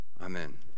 Amen